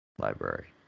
Library